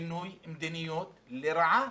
שינוי מדיניות לרעה